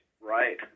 Right